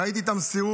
ראיתי את המסירות,